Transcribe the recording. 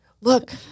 Look